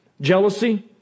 Jealousy